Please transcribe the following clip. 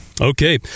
Okay